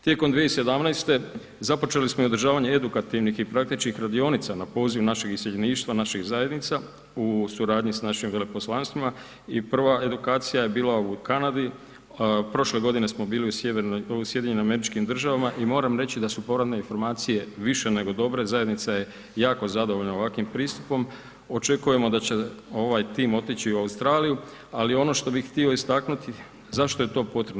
Tijekom 2017. započeli smo i održavanje edukativnih i praktičkih radionica na poziv naših iseljeništva, naših zajednica, u suradnji s našim veleposlanstvima i prva edukacija je bila u Kanadi, prošle godine smo bili u SAD-u i moram reći da su povratne informacije više nego dobre i zajednica je jako zadovoljna ovakvim pristupom, očekujemo da će ovaj tim otići u Australiju, ali ono što bih htio istaknuti, zašto je to potrebno?